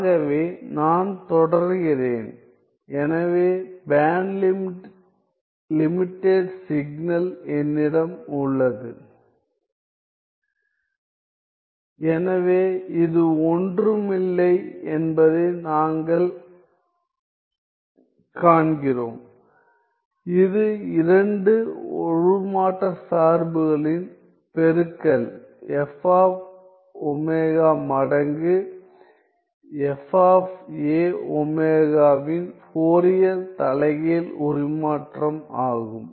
ஆகவே நான் தொடர்கிறேன் எனவே பேண்ட் லிமிடெட் சிக்னல் என்னிடம் உள்ளது எனவே இது ஒன்றும் இல்லை என்பதை நாங்கள் காண்கிறோம் இது இரண்டு உருமாற்ற சார்புகளின் பெருக்கல் Fω மடங்கு Faω வின் ஃபோரியர் தலைகீழ் உருமாற்றம் ஆகும்